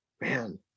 man